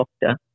doctor